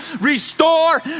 restore